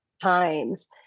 times